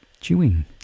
chewing